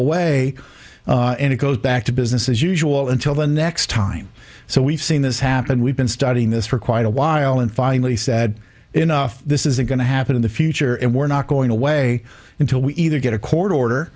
away and it goes back to business as usual until the next time so we've seen this happen we've been studying this for quite a while and finally said enough this isn't going to happen in the future and we're not going away until we either get a court order